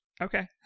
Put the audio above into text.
Okay